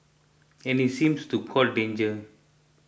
and he seems to court danger